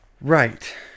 Right